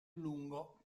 lungo